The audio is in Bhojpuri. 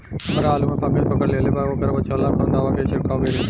हमरा आलू में फंगस पकड़ लेले बा वोकरा बचाव ला कवन दावा के छिरकाव करी?